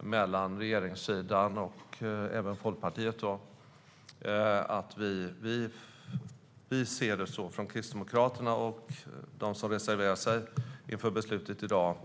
mellan å ena sidan regeringssidan och även Folkpartiet och å andra sidan Kristdemokraterna och dem som reserverar sig inför beslutet i dag.